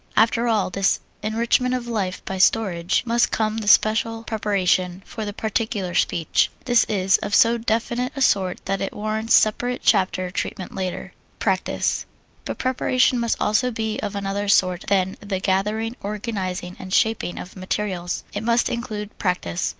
after all this enrichment of life by storage, must come the special preparation for the particular speech. this is of so definite a sort that it warrants separate chapter-treatment later. practise but preparation must also be of another sort than the gathering, organizing, and shaping of materials it must include practise,